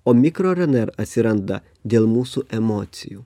o mikro rnr atsiranda dėl mūsų emocijų